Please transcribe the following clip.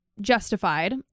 justified